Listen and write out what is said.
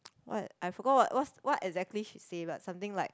what I forgot what whats what exactly she said lah something like